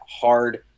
hard